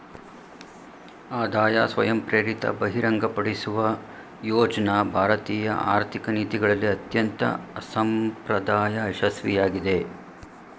ಆದಾಯ ಸ್ವಯಂಪ್ರೇರಿತ ಬಹಿರಂಗಪಡಿಸುವ ಯೋಜ್ನ ಭಾರತೀಯ ಆರ್ಥಿಕ ನೀತಿಗಳಲ್ಲಿ ಅತ್ಯಂತ ಅಸಂಪ್ರದಾಯ ಯಶಸ್ವಿಯಾಗಿದೆ